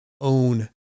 own